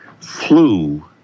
flew